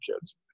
kids